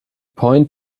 point